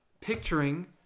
picturing